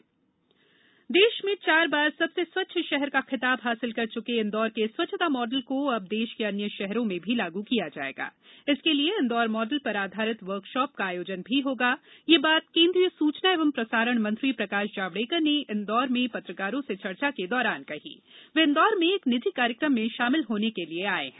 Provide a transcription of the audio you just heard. जावड़ेकर इंदौर देश में चार बार सबसे स्वच्छ शहर का खिताब हासिल कर चुके इंदौर के स्वच्छता मॉडल को अब देश के अन्य शहरों में भी लागू किया जाएगा इसके लिए इंदौर मॉडल पर आधारित वर्कशॉप का आयोजन भी होगा यह बात केंद्रीय सूचना एवं प्रसारण मंत्री प्रकाश जावड़ेकर ने इंदौर में पत्रकारों से चर्चा के दौरान कही वह इंदौर में एक निजी कार्यक्रम में शामिल होने के लिए आए हैं